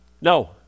No